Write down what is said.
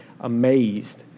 amazed